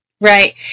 Right